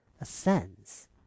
Ascends